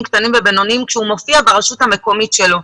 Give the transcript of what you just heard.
קטנים ובינוניים כשהוא מופיע ברשות המקומית שלו?